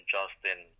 Justin